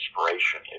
inspiration